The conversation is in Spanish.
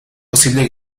posible